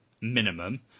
minimum